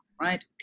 right